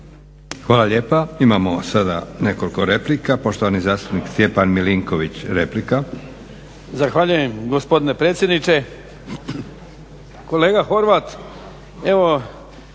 Hvala lijepa. Imamo sada nekoliko replika. Poštovani zastupnik Stjepan Milinković, replika. **Milinković, Stjepan (HDZ)** Zahvaljujem gospodine predsjedniče. Kolega Horvat, evo